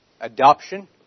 Adoption